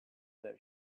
their